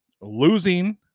losing